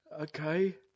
Okay